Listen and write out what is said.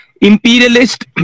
imperialist